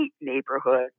neighborhood